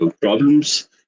problems